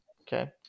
Okay